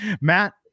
Matt